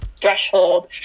threshold